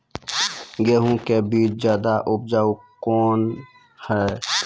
गेहूँ के बीज ज्यादा उपजाऊ कौन है?